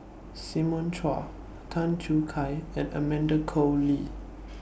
Simon Chua Tan Choo Kai and Amanda Koe Lee